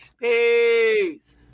Peace